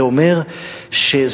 זה אומר דורשני,